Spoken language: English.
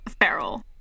feral